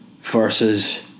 ...versus